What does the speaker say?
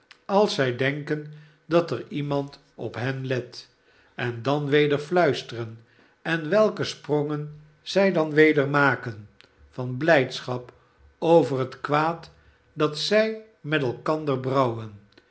als zij denken dat er iemand op hen let en dan weder fluisteren en welke sprongen zij dan weder maken van blijdschap over het kwaad dat zij met elkander brouwen